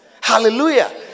Hallelujah